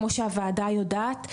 כמו שהוועדה יודעת,